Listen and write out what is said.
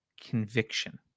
conviction